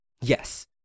Yes